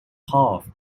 path